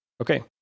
Okay